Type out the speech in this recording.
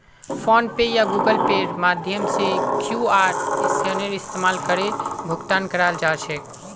phone पे या Google पेर माध्यम से क्यूआर स्कैनेर इस्तमाल करे भुगतान कराल जा छेक